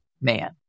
man